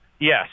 Yes